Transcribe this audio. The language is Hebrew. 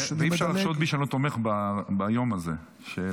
ואי-אפשר לחשוד בי שאני לא תומך ביום הזה שהעלית,